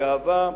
גאווה,